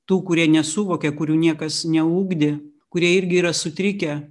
tų kurie nesuvokė kurių niekas neugdė kurie irgi yra sutrikę